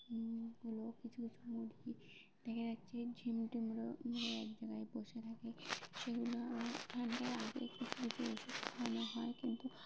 গুলো কিছু কিছু মুরগি দেখা যাচ্ছে ঝিম মেরে এক জায়গায় বসে থাকে সেগুলো আগে কিছু কিছু ওষুধ খাওয়ানো হয় কিন্তু